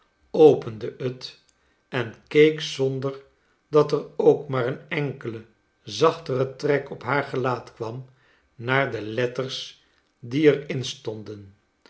opende het en keek zonder dat er ook maar een enkele zachtere trek op haar gelaat kwam haar de letters die er in stonden